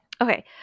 Okay